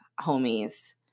homies